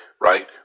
right